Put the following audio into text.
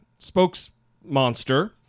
spokesmonster